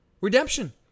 Redemption